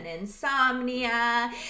insomnia